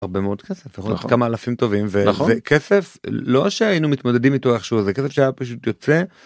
הרבה מאוד כסף, נכון, כמה אלפים טובים, נכון, זה כסף לא שהיינו מתמודדים איתו איכשהו זה כסף שהיה פשוט יוצא.